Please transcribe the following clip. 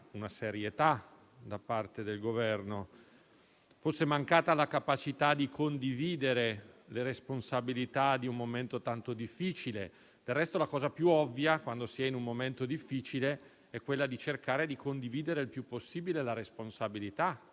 una serietà da parte del Governo, forse la capacità di condividere le responsabilità di un momento tanto difficile. Del resto, la cosa più ovvia, quando si è in un momento difficile, è cercare di condividere il più possibile la responsabilità,